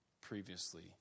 previously